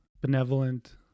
benevolent